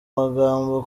magambo